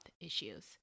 issues